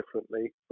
differently